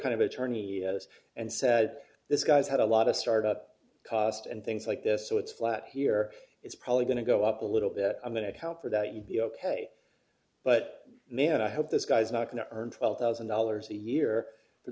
kind of attorney was and said this guy's had a lot of start up costs and things like this so it's flat here it's probably going to go up a little bit i'm going to help for that you'd be ok but man i hope this guy's not going to earn twelve thousand dollars a year for